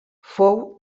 fou